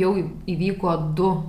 jau įvyko du